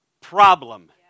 problem